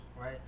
right